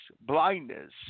blindness